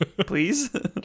please